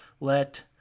let